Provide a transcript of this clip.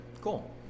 Cool